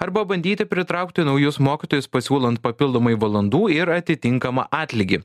arba bandyti pritraukti naujus mokytojus pasiūlant papildomai valandų ir atitinkamą atlygį